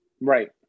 Right